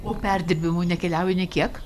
o perdirbimui nekeliauja nė kiek